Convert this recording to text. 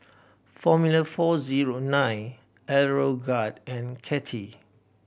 Formula Four Zero Nine Aeroguard and Kettle